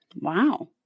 Wow